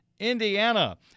Indiana